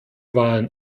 wahlen